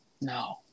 no